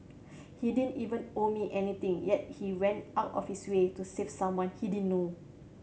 he didn't even owe me anything yet he went out of his way to save someone he didn't know